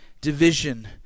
division